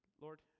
Lord